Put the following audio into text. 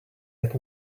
let